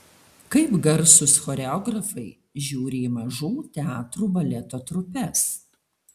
kaip garsūs choreografai žiūri į mažų teatrų baleto trupes